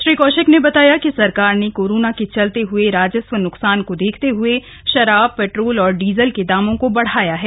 श्री कौशिक ने बताया कि सरकार ने कोरोना के चलते हए राजस्व न्कसान को देखते हए शराब पेट्रोल और डीजल के दामों को बढ़ाया है